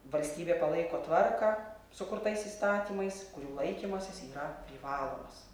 valstybė palaiko tvarką sukurtais įstatymais kurių laikymasis yra privalomas